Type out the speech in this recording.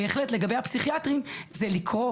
בהחלט לגבי הפסיכיאטרים זה לקרוא